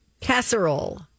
Casserole